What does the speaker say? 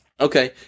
Okay